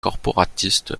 corporatiste